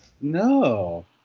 No